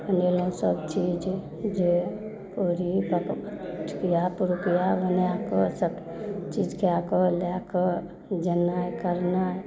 बनेलहुँ सब चीज जे पूरी पक टिकिया पिरुकिया बनाकऽ सब चीज कए कऽ लए कऽ जेनाइ करनाइ